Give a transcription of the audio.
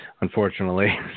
unfortunately